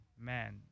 man